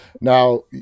Now